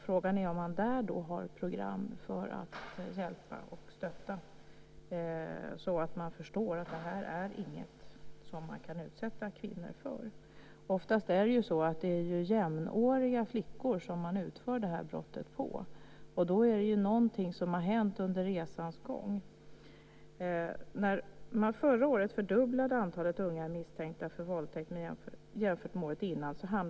Frågan är om man där har program för att hjälpa och stötta så att de här pojkarna förstår att våldtäkt inte är något som man kan utsätta kvinnor för. Oftast utförs det här brottet på jämnåriga flickor. Då har något hänt under resans gång. Förra året fördubblades antalet unga våldtäktsmisstänkta jämfört med hur det var året innan.